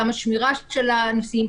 גם השמירה של הנושאים.